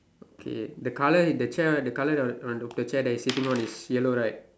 okay the colour the chair the colour that on on the chair he is sitting on is yellow right